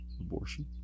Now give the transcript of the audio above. abortion